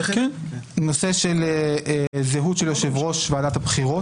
הנושא של זהות של יושב-ראש ועדת הבחירות.